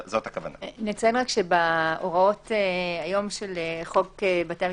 נציין שבהוראות היום של חוק בתי הדין